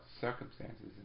circumstances